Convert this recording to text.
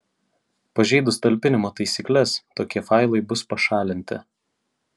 pažeidus talpinimo taisykles tokie failai bus pašalinti